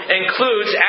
includes